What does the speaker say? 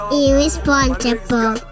irresponsible